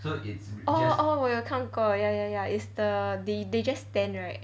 orh orh 我有看过 ya ya ya it's the they they just stand right